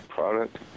product